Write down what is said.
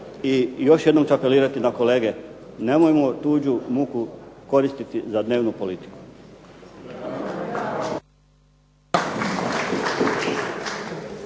I još jednom ću apelirati na kolege, nemojmo tuđu muku koristiti za dnevnu politiku.